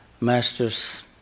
master's